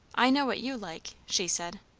i know what you like, she said.